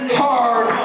hard